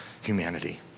humanity